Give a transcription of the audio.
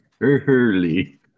Early